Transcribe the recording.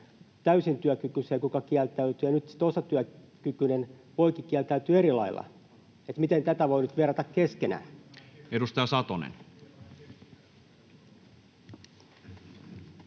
täysin työkykyiseen, kuka kieltäytyy, kun nyt osatyökykyinen voikin kieltäytyä eri lailla? Miten näitä voi nyt verrata keskenään? [Antti Lindtman: